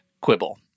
quibble